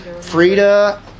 Frida